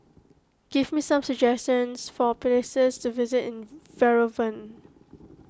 give me some suggestions for places to visit in Yerevan